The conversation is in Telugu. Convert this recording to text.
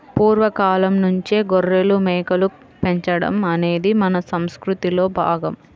పూర్వ కాలంనుంచే గొర్రెలు, మేకలు పెంచడం అనేది మన సంసృతిలో భాగం